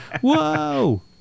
whoa